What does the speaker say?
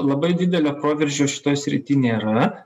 labai didelio proveržio šitoj srity nėra